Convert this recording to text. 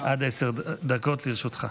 עד עשר דקות לרשותך.